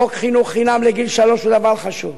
חוק חינוך חינם לגיל שלוש הוא דבר חשוב,